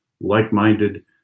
like-minded